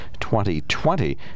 2020